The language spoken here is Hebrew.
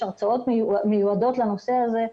יש הרצאות מיועדות לנושא הזה.